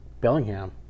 Bellingham